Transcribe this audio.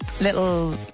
Little